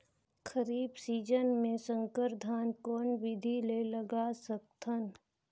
खरीफ season मे संकर धान कोन विधि ले लगा सकथन?